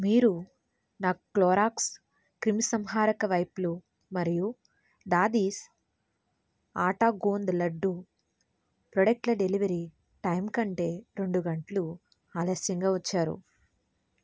మీరు నా క్లోరాక్స్ క్రిమిసంహారక వైప్లు మరియు దాదీస్ ఆటా గోంద్ లడ్డూ ప్రోడక్ట్ల డెలివరీ టైం కంటే రెండు గంటలు ఆలస్యంగా వచ్చారు